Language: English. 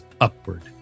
upward